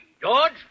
George